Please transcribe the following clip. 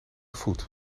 voet